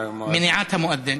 מניעת המואזין,